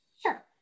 Sure